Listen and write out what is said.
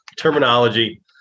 terminology